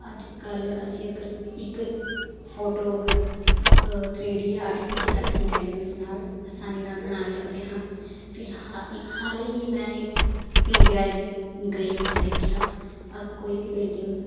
ਅੱਜ ਕੱਲ੍ਹ ਅਸੀਂ ਅਗਰ ਇੱਕ ਫੋਟੋ ਅਗ ਥ੍ਰੀ ਡੀ ਆਰਟੀਫਿਸ਼ੀਅਲ ਇੰਟੈਲੀਜੈਂਸ ਨਾਲ ਆਸਾਨੀ ਨਾਲ ਬਣਾ ਸਕਦੇ ਹਾਂ ਫਿਲਹਾਲ ਹਾਲ ਹੀ ਮੈਂ ਪੀ ਵੀ ਆਰ ਗਈ ਉੱਥੇ ਦੇਖਿਆ ਕੋਈ ਵੀ ਪੇਂਟਿੰਗ